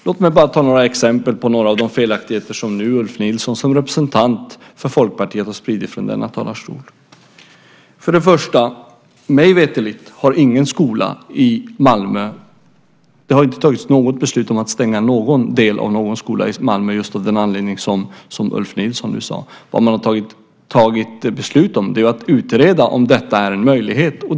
Låt mig ge några exempel på felaktigheter som Ulf Nilsson som representant för Folkpartiet har spritt från denna talarstol. Mig veterligt har det inte tagits beslut om att stänga någon del av någon skola i Malmö av den anledning som Ulf Nilsson sade. Man har tagit beslut om att utreda om det är en möjlighet.